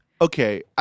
Okay